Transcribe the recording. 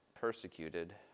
persecuted